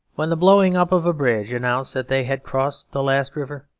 when the blowing up of a bridge announced that they had crossed the last river,